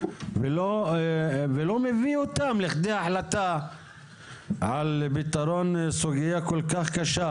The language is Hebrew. ולא מביא אותם לכדי החלטה על פתרון סוגיה כל כך קשה.